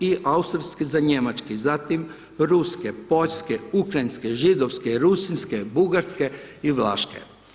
I austrijski za njemački, zatim ruske, poljske, ukrajinske, židovske,… bugarske i vlaške.